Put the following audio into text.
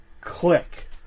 Click